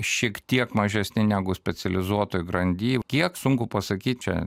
šiek tiek mažesni negu specializuotoj grandy kiek sunku pasakyt čia